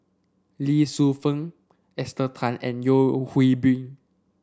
Lee Shu Fen Esther Tan and Yeo Hwee Bin